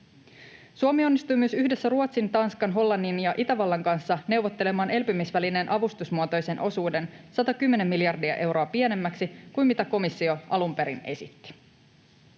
Suomi onnistui myös yhdessä Ruotsin, Tanskan, Hollannin ja Itävallan kanssa neuvottelemaan elpymisvälineen avustusmuotoisen osuuden 110 miljardia euroa pienemmäksi kuin mitä komissio alun perin esitti.